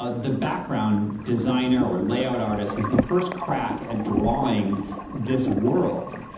ah the background designer or layout artist has the first crack at drawing this world.